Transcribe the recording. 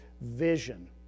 vision